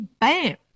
bam